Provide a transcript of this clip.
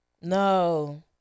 No